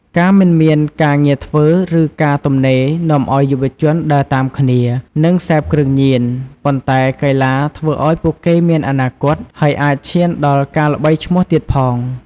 ការមិនមានការងារធ្វើ ឬការទំនេរនាំឲ្យយុវជនដើរតាមគ្នា និងសេពគ្រឿងញៀន ប៉ុន្តែកីឡាធ្វើឲ្យពួកគេមានអនាគត ហើយអាចឈានដល់ការល្បីឈ្មោះទៀតផង។